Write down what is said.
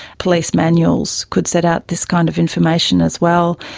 police manuals could set out this kind of information as well.